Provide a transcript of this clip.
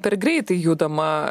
per greitai judama